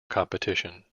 competition